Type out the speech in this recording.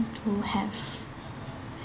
to have